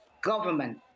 government